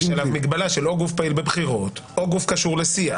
יש עליו מגבלה שהוא לא גוף פעיל בבחירות או גוף קשור לסיעה.